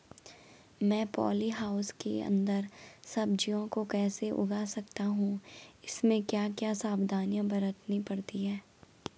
मैं poly house के अन्दर सब्जियों को कैसे उगा सकता हूँ इसमें क्या क्या सावधानियाँ बरतनी पड़ती है?